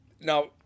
Now